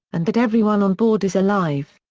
and that everyone on board is alive.